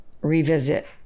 revisit